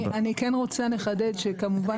אני כן רוצה לחדד שכמובן